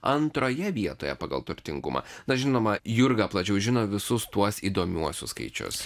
antroje vietoje pagal turtingumą na žinoma jurga plačiau žino visus tuos įdomiuosius skaičius